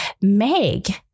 Meg